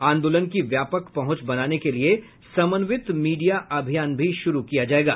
आंदोलन की व्यापक पहुंच बनाने के लिए समन्वित मीडिया अभियान भी शुरु किया जाएगा